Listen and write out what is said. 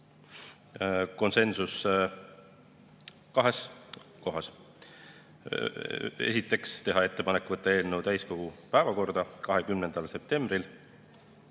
konsensus kahes kohas. Teha ettepanek võtta eelnõu täiskogu päevakorda 20. septembril,